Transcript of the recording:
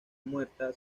muerta